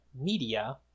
Media